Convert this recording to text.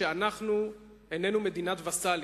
שאנחנו איננו מדינת וסלים,